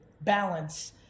balance